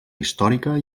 històrica